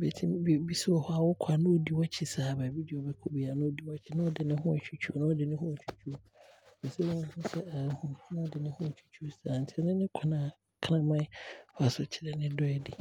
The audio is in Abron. Bɛtumi de, ɛbo nso wɔ hɔ a wookɔ a na ɔdi waakyi saaa, baabi deɛ wobɛkɔ biara biaa na ɔdi waakyi saa na ɔde ne ho ɛtwitwi na ɔtwitwi wo saa, ɔpɛsɛ wo nhunu sɛ aahu wo, na ɔde ne ho ɛtwitwi wo saa nti ɛno ne kwane a kramane fa so kyerɛ ne dɔ adi.